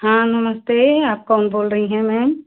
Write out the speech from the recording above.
हाँ नमस्ते आप कौन बोल रही हैं मैम